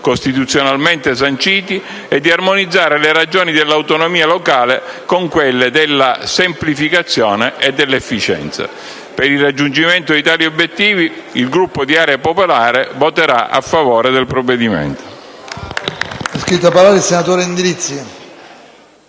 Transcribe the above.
costituzionalmente sanciti, e di armonizzare le ragioni dell'autonomia locale con quelle della semplificazione e dell'efficienza. Per il raggiungimento di tali obiettivi, il Gruppo Area Popolare voterà a favore del provvedimento.